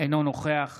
אינו נוכח